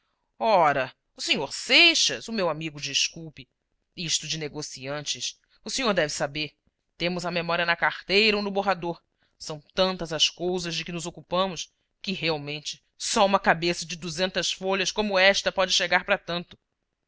ora o sr seixas o meu amigo desculpe isto de negociantes o senhor deve saber temos a memória na carteira ou no borrador são tantas as cousas de que nos ocupamos que realmente só uma cabeça de duzentas folhas como esta pode chegar para tanto